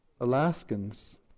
Alaskans